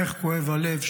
איך כואב הלב.